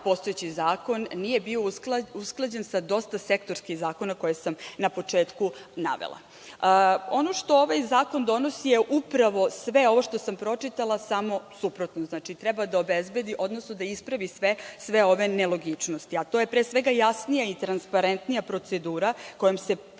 postojeći zakon nije bio usklađen sa dosta sektorskih zakona koje sam na početku navela. Ono što ovaj zakon donosi je upravo sve ovo što sam pročitala, samo suprotno. Znači, treba da obezbedi, odnosno da ispravi sve ove nelogičnosti, a to je pre svega jasnija i transparentnija procedura kojom se poverava